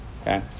okay